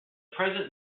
present